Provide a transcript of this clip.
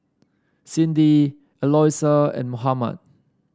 Cindi Eloisa and Mohammad